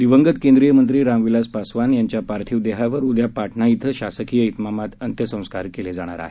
दिवंगत केंद्रीय मंत्री राम विलास पासवान यांच्या पार्थिव देहावर उद्या पाटणा इथं शासकीय इतमामात अंत्यसंस्कार केले जाणार आहेत